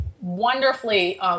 wonderfully